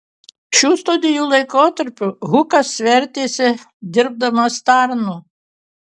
šių studijų laikotarpiu hukas vertėsi dirbdamas tarnu